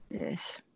yes